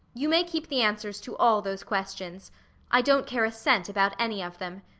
you may keep the answers to all those questions i don't care a cent about any of them.